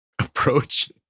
approach